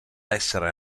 essere